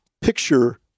picture